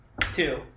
Two